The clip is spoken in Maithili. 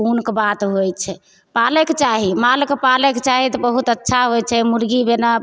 पुण्यके बात होइ छै पालयके चाही मालके पालयके चाही तऽ बहुत अच्छा होइ छै मुर्गी जेना